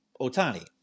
Otani